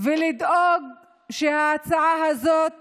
ולדאוג שההצעה הזאת